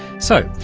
so,